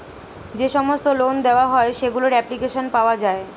যে সমস্ত লোন দেওয়া হয় সেগুলোর অ্যাপ্লিকেশন পাওয়া যায়